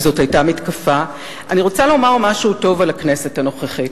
אני רוצה לומר מלים טובות על הכנסת הנוכחית.